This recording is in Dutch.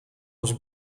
was